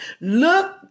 Look